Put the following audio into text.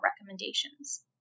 recommendations